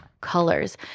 colors